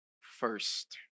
first